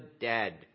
dead